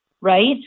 right